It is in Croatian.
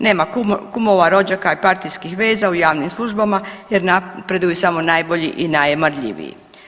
Nema kumova, rođaka i partijskih veza u javnim službama jer napreduju samo najbolji i najmarljiviji.